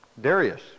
Darius